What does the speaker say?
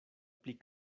pli